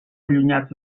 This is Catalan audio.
allunyats